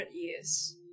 years